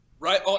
Right